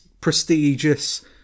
prestigious